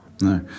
No